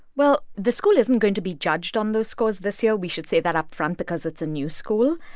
well, the school isn't going to be judged on those scores this year we should say that up front because it's a new school,